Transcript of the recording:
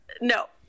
No